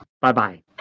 Bye-bye